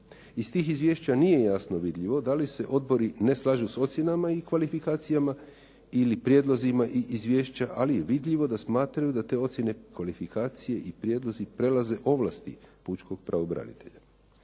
Iz tih izvješća nije jasno vidljivo da li se odbori ne slažu s ocjenama i kvalifikacijama ili prijedlozima i izvješća, ali je vidljivo da smatraju da te ocjene, kvalifikacije i prijedlozi prelaze ovlasti Pučkog pravobranitelja.